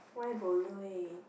why bo lui